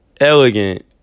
elegant